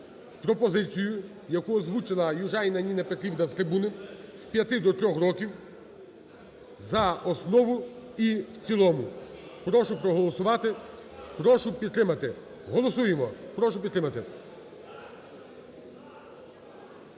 з пропозицією, яку озвучила Южаніна Ніна Петрівна з трибуни, з 5 до 3 років, за основу і в цілому. Прошу проголосувати. Прошу підтримати. Голосуємо. Прошу підтримати.